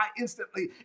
instantly